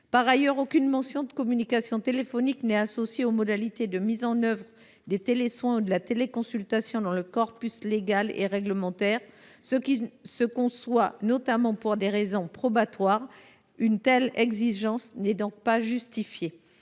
Par ailleurs, aucune mention de communication téléphonique n’est associée aux modalités de mise en œuvre des télésoins ou de la téléconsultation dans le corpus légal et réglementaire, ce qui se conçoit notamment pour des raisons probatoires. Une telle exigence n’est donc pas justifiée.